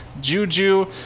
Juju